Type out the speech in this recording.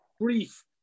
brief